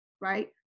right